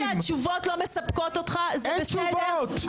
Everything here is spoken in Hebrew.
זה שהתשובות לא מספקות אותך- - אין תשובות.